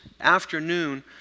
afternoon